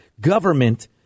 government